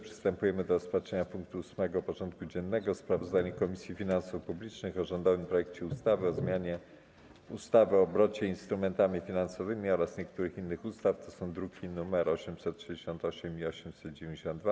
Przystępujemy do rozpatrzenia punktu 8. porządku dziennego: Sprawozdanie Komisji Finansów Publicznych o rządowym projekcie ustawy o zmianie ustawy o obrocie instrumentami finansowymi oraz niektórych innych ustaw (druki nr 868 i 892)